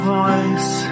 voice